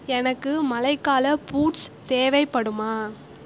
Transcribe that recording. எனக்கு மழைக்கால பூட்ஸ் தேவைப்படுமா